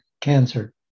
cancer